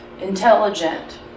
intelligent